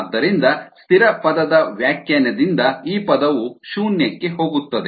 ಆದ್ದರಿಂದ ಸ್ಥಿರ ಪದದ ವ್ಯಾಖ್ಯಾನದಿಂದ ಈ ಪದವು ಶೂನ್ಯಕ್ಕೆ ಹೋಗುತ್ತದೆ